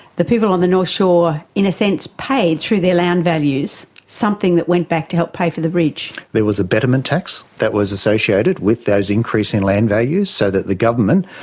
the people on the north shore in a sense paid through their land values something that went back to help pay for the bridge. there was a betterment tax that was associated with those increase in land values so that the government,